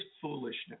foolishness